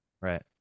Right